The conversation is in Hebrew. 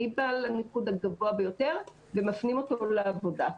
מי בעל הניקוד הגבוה ביותר ומפנים אותו לעבודה.